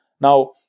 Now